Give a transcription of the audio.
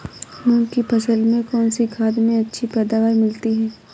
मूंग की फसल में कौनसी खाद से अच्छी पैदावार मिलती है?